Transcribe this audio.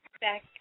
back